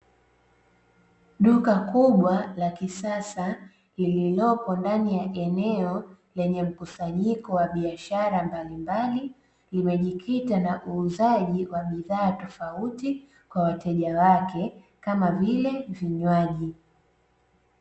Duka kbwa la kisasa, lililopo ndani ya eneo lenye mkusanyiko wa biashara mbalimbali, limejikita na uuzaji wa bidhaa tofauti kwa wateja wake kama vile vinywaji.